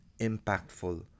impactful